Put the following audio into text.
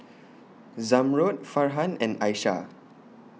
Zamrud Farhan and Aishah